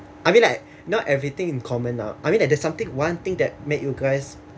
I mean like not everything in common lah I mean there's something one thing that made you guys